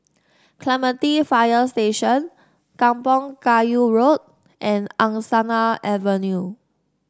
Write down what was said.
Clementi Fire Station Kampong Kayu Road and Angsana Avenue